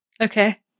Okay